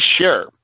share